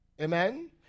Amen